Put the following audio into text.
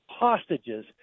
hostages